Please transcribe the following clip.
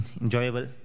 enjoyable